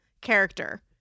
character